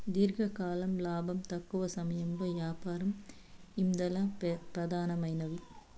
దీర్ఘకాలం లాబం, తక్కవ సమయంలో యాపారం ఇందల పెదానమైనవి